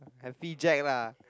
happy jack lah